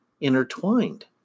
intertwined